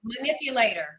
manipulator